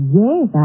yes